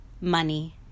money